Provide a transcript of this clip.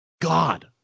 God